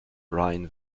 rhine